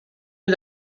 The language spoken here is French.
est